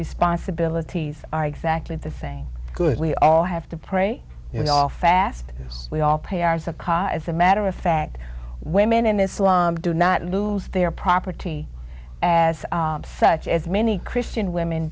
responsibilities are exactly the thing good we all have to pray you all fast we all pay ours a cot as a matter of fact women in islam do not lose their property as much as many christian women